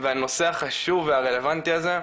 והנושא החשוב והרלוונטי הזה,